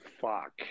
fuck